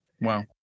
Wow